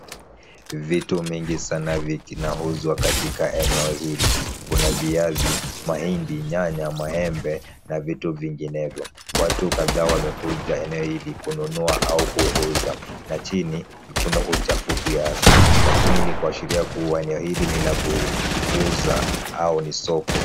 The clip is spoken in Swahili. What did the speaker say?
Vitu vingi sana vinauzwa katika eneo hili, kina viazi, mahindi, nyanya, maembe na vitu vinginevyo. Watu kadhaa wamekuja eneo hili kununua ama kuuza na chini kuna uchafu kiasi, lakini ni kuashiria kuwa eneo hili ni la kuuza au ni soko.